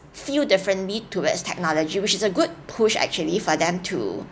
feel differently towards technology which is a good push actually for them too